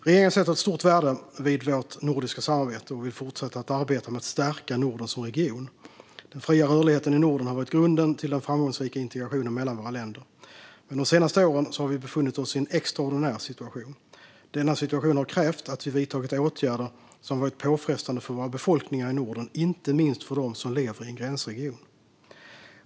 Regeringen sätter stort värde på vårt nordiska samarbete och vill fortsätta arbeta med att stärka Norden som region. Den fria rörligheten i Norden har varit grunden till den framgångsrika integrationen mellan våra länder. Men de senaste åren har vi befunnit oss i en extraordinär situation. Denna situation har krävt att vi vidtagit åtgärder som varit påfrestande för våra befolkningar i Norden, inte minst för dem som lever i en gränsregion.